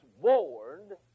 warned